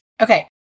Okay